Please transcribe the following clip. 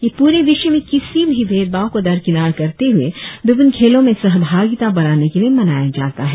यह पूरे विश्व में किसी भी भेदभाव को दरकिनार करते हुए विभिन्न खेलों में सहभागिता बढ़ाने के लिए मनाया जाता है